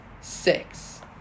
six